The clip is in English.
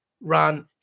run